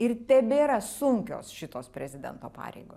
ir tebėra sunkios šitos prezidento pareigos